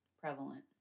prevalent